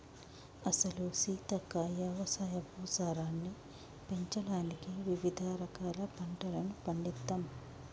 అసలు సీతక్క యవసాయ భూసారాన్ని పెంచడానికి వివిధ రకాల పంటలను పండిత్తమ్